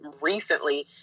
recently